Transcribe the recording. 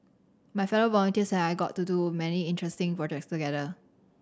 my fellow volunteers and I got to do many interesting projects together